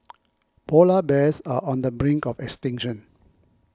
Polar Bears are on the brink of extinction